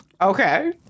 Okay